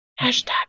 Hashtag